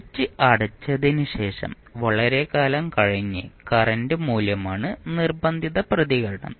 switch അടച്ചതിനുശേഷം വളരെക്കാലം കഴിഞ്ഞ് കറന്റ് മൂല്യമാണ് നിർബന്ധിത പ്രതികരണം